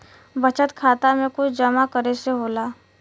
बचत खाता मे कुछ जमा करे से होला?